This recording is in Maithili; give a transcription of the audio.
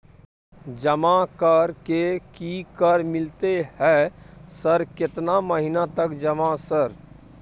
जमा कर के की कर मिलते है सर केतना महीना तक जमा सर?